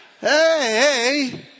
hey